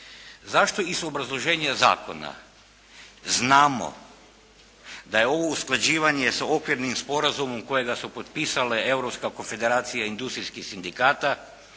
zašto iz obrazloženja zakona znamo da je ovo usklađivanje sa okvirnim sporazumom kojega su potpisale europska konfederacija industrijskih sindikata